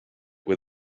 with